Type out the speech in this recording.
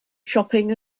shopping